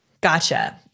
Gotcha